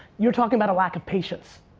you're talking about a lack of patience.